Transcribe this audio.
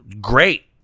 Great